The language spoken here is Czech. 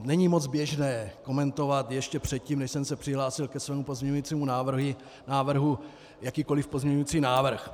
Není moc běžné komentovat ještě předtím, než jsem se přihlásil ke svému pozměňovacímu návrhu, jakýkoli pozměňovací návrh.